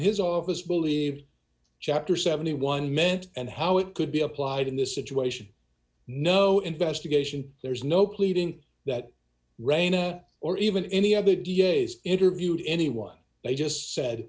his office believe chapter seventy one meant and how it could be applied in this situation no investigation there's no pleading that rayna or even any other v a s interviewed anyone they just said